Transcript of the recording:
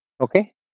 Okay